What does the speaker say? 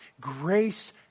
grace